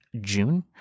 June